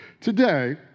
Today